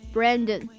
Brandon